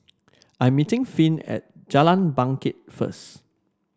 I'm meeting Finn at Jalan Bangket first